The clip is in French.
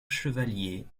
chevaliers